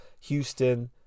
Houston